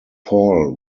paul